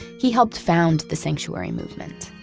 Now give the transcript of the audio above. he helped found the sanctuary movement,